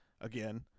again